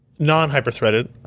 Non-hyper-threaded